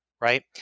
right